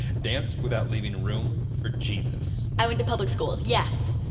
dance without leaving room for jesus? i went to public school, yes.